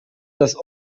das